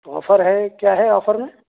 تو آفر ہے کیا ہے آفر میں